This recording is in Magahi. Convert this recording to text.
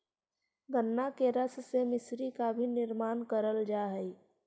गन्ना के रस से मिश्री का भी निर्माण करल जा हई